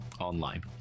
online